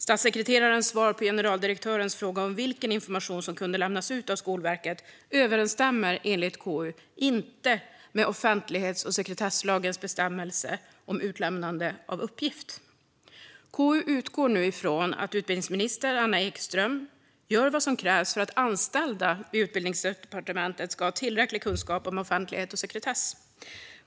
Statssekreterarens svar på generaldirektörens fråga om vilken information som kunde lämnas ut av Skolverket överensstämmer enligt KU inte med offentlighets och sekretesslagens bestämmelse om utlämnande av uppgift. KU utgår nu från att utbildningsminister Anna Ekström gör vad som krävs för att anställda vid Utbildningsdepartementet ska ha tillräcklig kunskap om offentlighet och sekretess.